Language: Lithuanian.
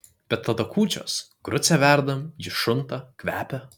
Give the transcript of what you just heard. bet tada kūčios grucę verdam ji šunta kvepia